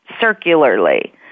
circularly